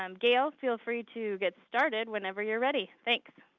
um gail, feel free to get started whenever you're ready. thanks.